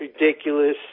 ridiculous